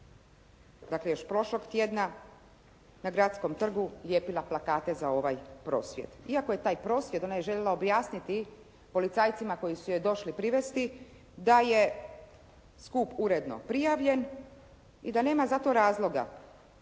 dakle još prošlog tjedna na gradskom trgu lijepila plakate za ovaj prosvjed. Iako je taj prosvjed, ona je željela objasniti policajcima koji su je došli privesti da je skup uredno prijavljen i da nema za to razloga.